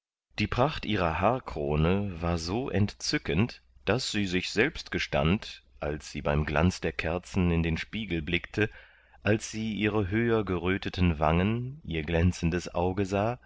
die pracht ihrer haarkrone war so entzückend daß sie sich selbst gestand als sie beim glanz der kerzen in den spiegel blickte als sie ihre höher geröteten wangen ihr glänzendes auge sah